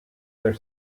their